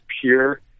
pure